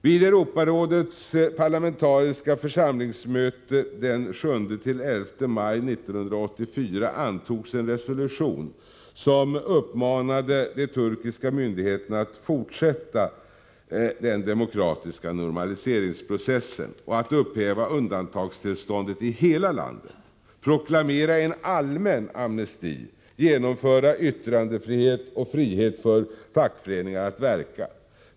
Vid Europarådets parlamentariska församlings möte den 7-11 maj 1984 antogs en resolution som uppmanade de turkiska myndigheterna att fortsätta den demokratiska normaliseringsprocessen och upphäva undantagstillståndet i hela landet, proklamera en allmän amnesti samt genomföra yttrandefrihet och frihet för fackföreningar att verka.